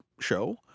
show